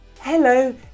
Hello